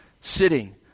sitting